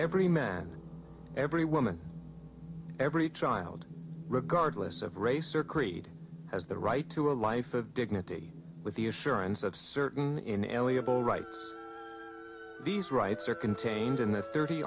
every man every woman every child regardless of race or creed has the right to a life of dignity with the assurance of certain inalienable rights these rights are contained in this thirty